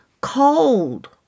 cold